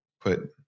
put